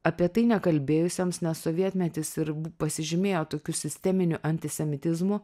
apie tai nekalbėjusiems nes sovietmetis ir pasižymėjo tokiu sisteminiu antisemitizmu